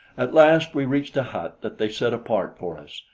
at last we reached a hut that they set apart for us,